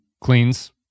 cleans